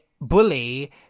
bully